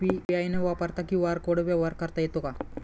UPI न वापरता QR कोडने व्यवहार करता येतो का?